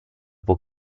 può